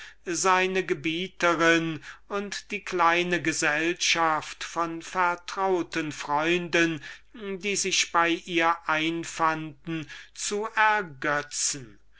seine gebieterin und die kleine gesellschaft von vertrauten freunden die sich bei ihr einfanden zu ergötzen